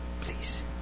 Please